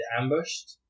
ambushed